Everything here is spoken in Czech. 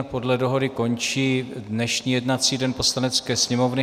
Podle dohody končí dnešní jednací den Poslanecké sněmovny.